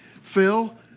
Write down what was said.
Phil